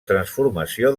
transformació